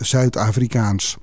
Zuid-Afrikaans